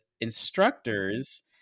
instructors